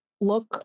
look